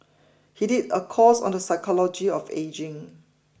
he did a course on the psychology of ageing